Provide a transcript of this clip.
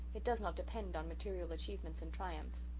it does not depend on material achievements and triumphs.